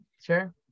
Sure